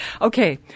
Okay